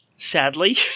Sadly